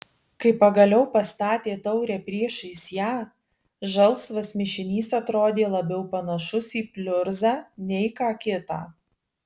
kai pagaliau pastatė taurę priešais ją žalsvas mišinys atrodė labiau panašus į pliurzą nei ką kitą